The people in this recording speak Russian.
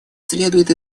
следует